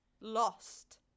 lost